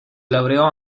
laureò